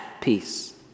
peace